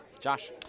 Josh